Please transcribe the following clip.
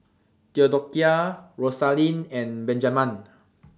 Theodocia Rosalyn and Benjaman